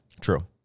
True